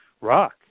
rock